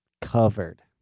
covered